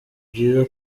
byiza